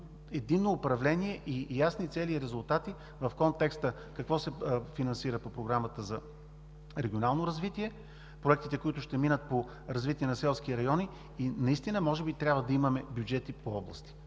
единно управление и ясни цели и резултати в контекста какво се финансира по Програмата за регионално развитие – проектите, които ще минат по развитие на селски райони, и наистина може би трябва да имаме бюджет и по области.